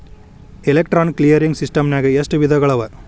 Electronic clearing ಸಿಸ್ಟಮ್ನಾಗ ಎಷ್ಟ ವಿಧಗಳವ?